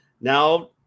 Now